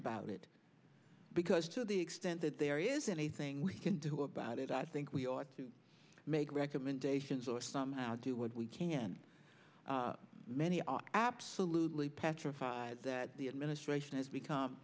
about it because to the extent that there is anything we can do about it i think we ought to make recommendations or somehow do what we can many are absolutely petrified that the administration has become